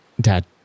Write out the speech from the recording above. Dad